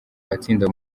matsinda